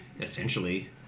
essentially